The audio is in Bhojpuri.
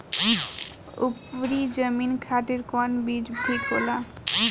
उपरी जमीन खातिर कौन बीज ठीक होला?